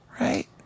Right